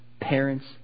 parents